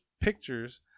pictures